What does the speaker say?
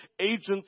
agents